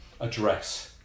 address